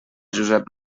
josep